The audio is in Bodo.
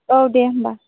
औ दे होम्बा